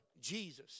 Jesus